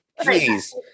Please